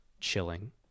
Chilling